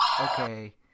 okay